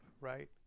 right